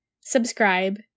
subscribe